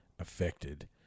affected